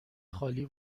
خالی